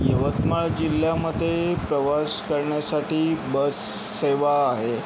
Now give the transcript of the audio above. यवतमाळ जिल्ह्यामध्ये प्रवास करण्यासाठी बस सेवा आहे